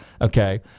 okay